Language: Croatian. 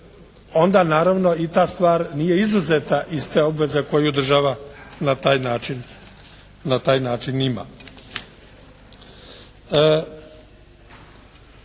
onda naravno i ta stvar nije izuzeta iz te obveze koju je država na taj način ima.